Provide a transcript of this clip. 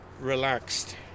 relaxed